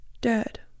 dead